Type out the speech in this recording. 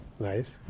Nice